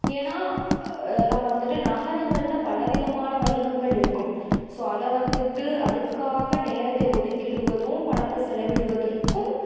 ஏன்னா நம்ம வந்துவிட்டு நகரங்களில் பல விதமான வணிகங்கள் இருக்கும் ஸோ அதை வந்துவிட்டு அதுக்காக நேரத்தை ஒதிக்கிவிடுவதும் பணத்தை செலவிடுவதற்கும்